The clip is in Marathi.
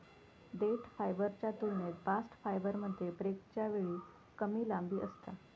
देठ फायबरच्या तुलनेत बास्ट फायबरमध्ये ब्रेकच्या वेळी कमी लांबी असता